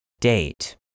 Date